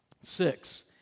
Six